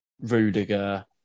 Rudiger